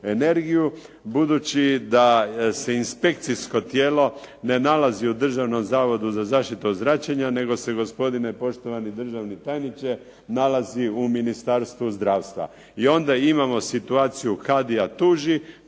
Budući da se inspekcijsko tijelo ne nalazi u Državnom zavodu za zaštitu od zračenja nego se gospodine poštovani državni tajniče nalazi u Ministarstvu zdravstva. I onda imamo situaciju kadija tuži,